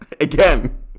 again